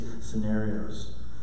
scenarios